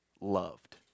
loved